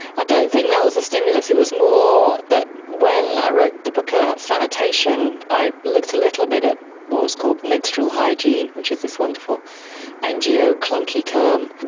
i don't think that was the stimulus, it was more that when i wrote the book about sanitation i looked a little bit at what was called menstrual hygiene, which is this wonderful ngo and yeah ah clunky term.